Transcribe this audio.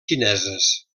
xineses